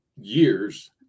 years